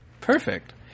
Perfect